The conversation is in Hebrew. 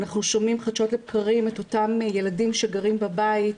אנחנו שומעים חדשות לבקרים את אותם ילדים שגרים בבית,